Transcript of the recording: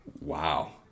Wow